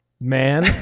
man